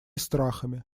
страхами